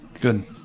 Good